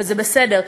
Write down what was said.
וזה בסדר.